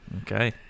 Okay